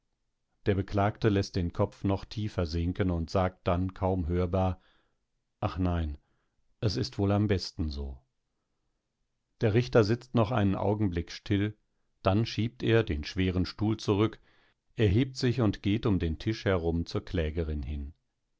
der beklagte läßt den kopf noch tiefer sinken und sagt dann kaum hörbar ach nein es ist wohl am besten so der richter sitzt noch einen augenblick still dann schiebt er den schweren stuhl zurück erhebt sich und geht um den tisch herum zur klägerin hin